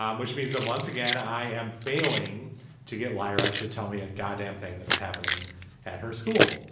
um which means that once again i am failing to get lyra to tell me a god damn thing that is happening at her school.